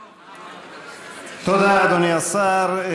תודה, אדוני השר.